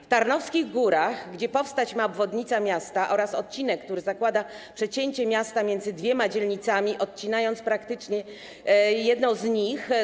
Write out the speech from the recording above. W Tarnowskich Górach ma powstać obwodnica miasta oraz odcinek, który zakłada przecięcie miasta między dwiema dzielnicami, odcinając praktycznie jedną z nich.